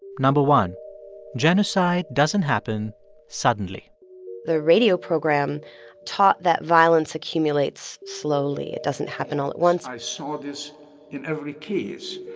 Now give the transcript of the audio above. one genocide doesn't happen suddenly the radio program taught that violence accumulates slowly. it doesn't happen all at once i saw this in every case.